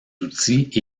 outils